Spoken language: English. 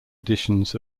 editions